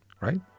right